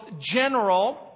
general